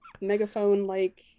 megaphone-like